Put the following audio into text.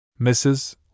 Mrs